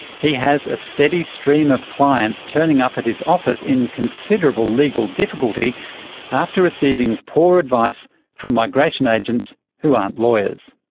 he has a steady stream of clients turning up at his office in considerable legal difficulty after receiving poor advice from migration agents who aren't lawyers.